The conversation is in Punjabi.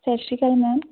ਸਤਿ ਸ਼੍ਰੀ ਅਕਾਲ ਮੈਮ